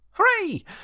Hooray